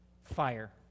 fire